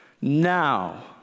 Now